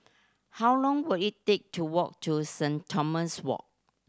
how long will it take to walk to Saint Thomas Walk